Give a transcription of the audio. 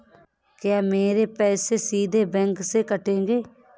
क्या मेरे पैसे सीधे बैंक से कटेंगे?